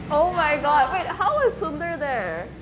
oh my god wait how was sundar there